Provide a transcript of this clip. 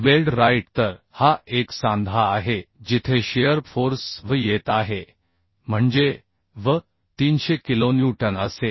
weld right तर हा एक सांधा आहे जिथे शिअर फोर्स V येत आहे म्हणजे V 300 किलोन्यूटन असेल